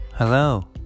hello